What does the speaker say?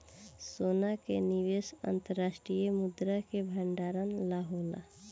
सोना के निवेश अंतर्राष्ट्रीय मुद्रा के भंडारण ला होला